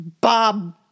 Bob